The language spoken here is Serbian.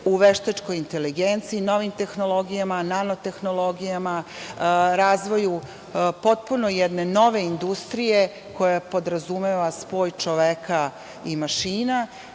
u veštačkoj inteligenciji, novim tehnologijama, nano tehnologijama, razvoju potpuno jedne nove industrije koja podrazumeva spoj čoveka i mašina